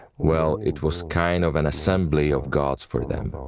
well it was kind of an assembly of gods for them,